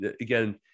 again